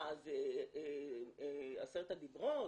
מה, זה עשרת הדיברות?